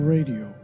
Radio